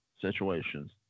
situations